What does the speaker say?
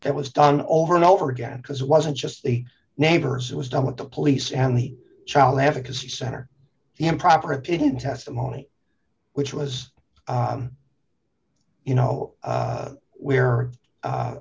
that was done over and over again because it wasn't just the neighbors it was done with the police and the child advocacy center the improper opinion testimony which was you know where